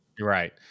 Right